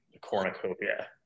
Cornucopia